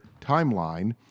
timeline